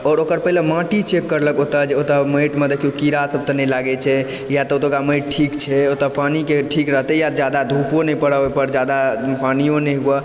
आओर ओकर पहिले माँटि चेक कयलक ओतऽ जे ओतऽ माँटिमे देखियौ कीड़ा सब तऽ नहि लागै छै या तऽ ओतुका माँटि ठीक छै पानिके ठीक रहतै या जादा धूपो नहि परऽ ओहिपर जादा पानियो नहि हुवऽ